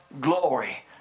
glory